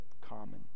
common